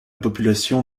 population